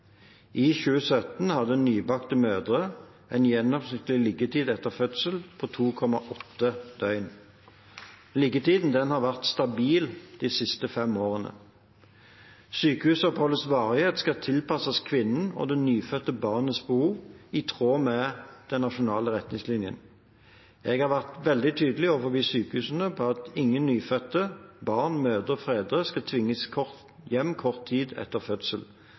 I 2017 hadde nybakte mødre en gjennomsnittlig liggetid etter fødsel på 2,8 døgn. Liggetiden har vært stabil de siste fem årene. Sykehusoppholdets varighet skal tilpasses kvinnen og det nyfødte barnets behov, i tråd med den nasjonale retningslinjen. Jeg har vært veldig tydelig overfor sykehusene på at ingen nyfødte barn, mødre og fedre skal tvinges hjem kort tid etter fødsel.